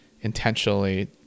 intentionally